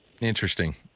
interesting